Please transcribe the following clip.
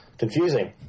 Confusing